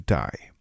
die